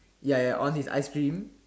ya ya on his ice cream